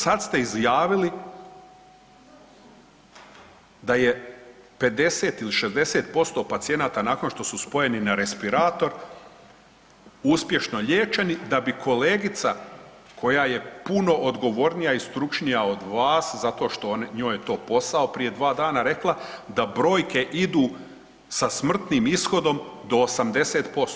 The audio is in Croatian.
Sad ste izjavili da je 50 ili 60% pacijenata nakon što su spojeni na respirator uspješno liječeni, da bi kolegica koja je puno odgovornija i stručnija od vas zato što njoj je to posao prije dva dana rekla da brojke idu sa smrtnim ishodom do 80%